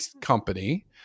Company